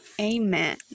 amen